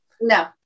No